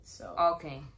Okay